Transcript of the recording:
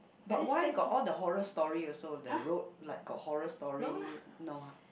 but why got all the horror story also the road like got horror story no ha